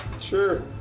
Sure